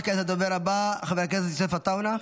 וכעת לדובר הבא, יוסף עטאונה.